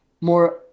more